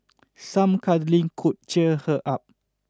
some cuddling could cheer her up